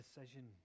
decision